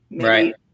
right